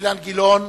אילן גילאון